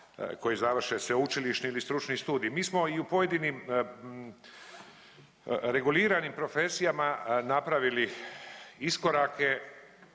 koji završi sveučilišni ili stručni studij. Mi smo i u pojedinim reguliranim profesijama napravili iskorake